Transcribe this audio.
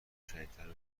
شدیدتر